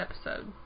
episode